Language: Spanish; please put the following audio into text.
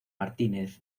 martínez